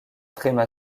tréma